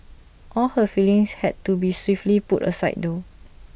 all her feelings had to be swiftly put aside though